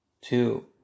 two